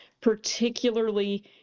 particularly